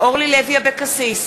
אורלי לוי אבקסיס,